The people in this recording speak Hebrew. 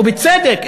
ובצדק,